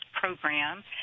program